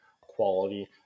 quality